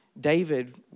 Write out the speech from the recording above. David